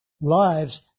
lives